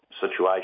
situation